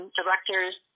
directors